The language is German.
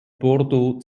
bordeaux